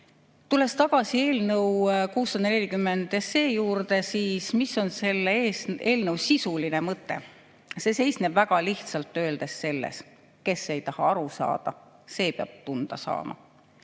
tagasi eelnõu 640 juurde: mis on selle eelnõu sisuline mõte? See seisneb väga lihtsalt öeldes selles, et kes ei taha aru saada, see peab tunda saama.